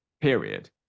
period